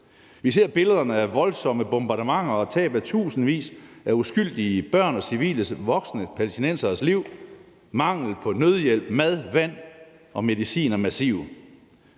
vi ser billederne af voldsomme bombardementer og tab af tusindvis af uskyldige børn og civile voksne palæstinenseres liv; manglen på nødhjælp, mad, vand og medicin er massiv.